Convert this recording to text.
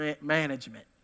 management